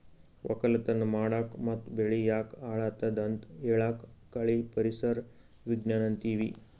ವಕ್ಕಲತನ್ ಮಾಡಕ್ ಮತ್ತ್ ಬೆಳಿ ಯಾಕ್ ಹಾಳಾದತ್ ಅಂತ್ ಹೇಳಾಕ್ ಕಳಿ ಪರಿಸರ್ ವಿಜ್ಞಾನ್ ಅಂತೀವಿ